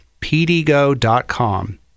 pdgo.com